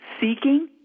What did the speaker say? seeking